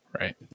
right